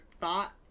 thought